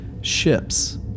ships